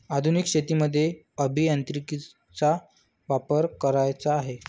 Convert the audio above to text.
आधुनिक शेतीमध्ये अभियांत्रिकीचा वापर करायचा आहे